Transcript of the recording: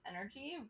energy